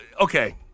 okay